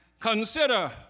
Consider